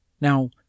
Now